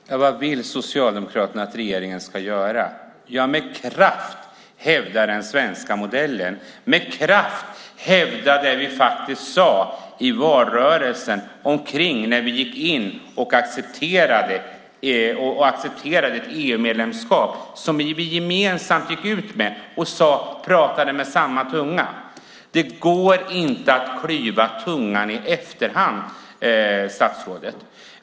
Herr talman! Vad vill då Socialdemokraterna att regeringen ska göra? Ja, vi vill att man med kraft hävdar den svenska modellen, att man med kraft hävdar det vi i valrörelsen sade när vi accepterade ett EU-medlemskap. Gemensamt gick vi ju ut med det och så att säga pratade med samma tunga. Det går inte att klyva tungan i efterhand, statsrådet!